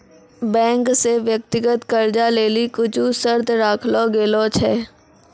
bank से व्यक्तिगत कर्जा लेली कुछु शर्त राखलो गेलो छै